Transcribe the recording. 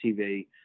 TV